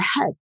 ahead